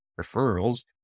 referrals